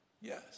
Yes